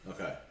Okay